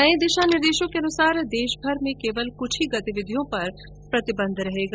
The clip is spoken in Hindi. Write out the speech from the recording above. नये दिशा निर्देशों के अनुसार देशभर में केवल कुछ ही गतिविधियों पर प्रतिबंध रहेगा